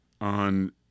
On